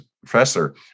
professor